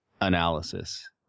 analysis